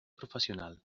professional